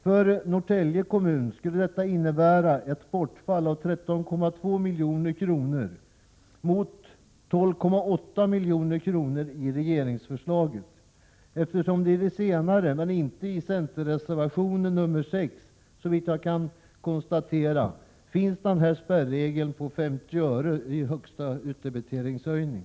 För Norrtälje kommun skulle detta innebära ett bortfall av 13,2 milj.kr. för 1989 mot 12,8 milj.kr. i regeringsförslaget, eftersom det i det senare men inte i centerreservation nr 6 finns en spärregel, som säger att skattehöjningar till följd av förändringar i skatteutjämningssystemet inte får uppgå till mer än 50 öre för 1989.